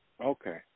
Okay